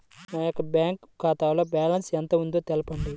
నా యొక్క బ్యాంక్ ఖాతాలో బ్యాలెన్స్ ఎంత ఉందో తెలపండి?